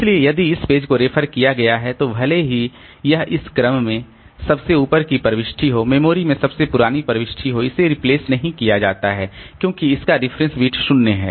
इसलिए यदि इस पेज को रेफर किया गया है तो भले ही यह इस में सबसे ऊपर की प्रविष्टि हो मेमोरी में सबसे पुरानी प्रविष्टि हो इसे रिप्लेस नहीं किया जाता है क्योंकि इसका रेफरेंस बिट 0 है